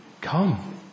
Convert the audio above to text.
Come